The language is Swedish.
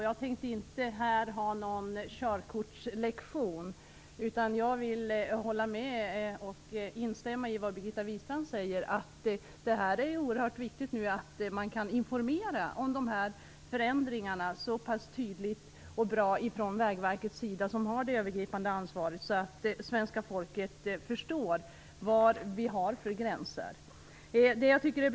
Jag tänkte inte här ha någon körkortslektion, utan jag vill instämma i det som Birgitta Wistrand säger, att det är oerhört viktigt att man från Vägverket, som har det övergripande ansvaret, nu kan informera om dessa förändringar så pass tydligt att det svenska folket förstår vad gränserna innebär.